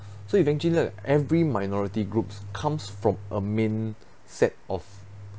so eventually uh every minority group comes from a main set of